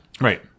Right